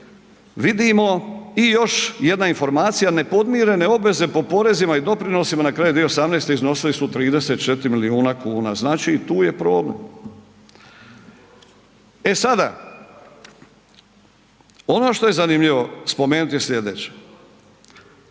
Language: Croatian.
prihode? I još jedna informacija, nepodmirene obveze po porezima i doprinosima na kraju 2018. iznosili su 34 milijuna kuna. Znači i tu je problem. E sada, ono što je zanimljivo spomenuti sljedeće,